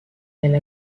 elle